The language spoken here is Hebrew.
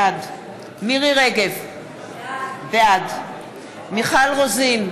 בעד מירי רגב, בעד מיכל רוזין,